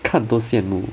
看都羡慕